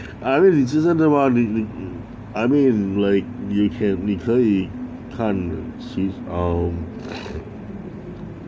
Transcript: I mean 你这是真的 mah 你你 mean like 你 can 你可以看 um